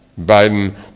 Biden